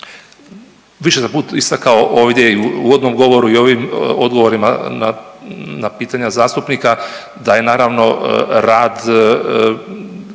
Više sam puta istakao ovdje i u uvodnom govoru i ovim odgovorima na, na pitanja zastupnika da je naravno rad